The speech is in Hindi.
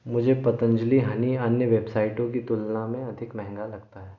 मुझे पतंजलि हनी अन्य वेबसाइटों की तुलना में अधिक महंगा लगता है